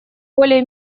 более